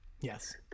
Yes